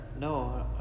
No